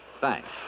Thanks